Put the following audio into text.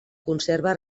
conserva